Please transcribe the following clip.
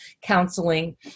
counseling